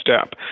step